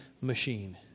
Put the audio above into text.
machine